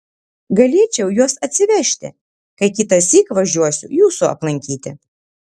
galėčiau juos atsivežti kai kitąsyk važiuosiu jūsų aplankyti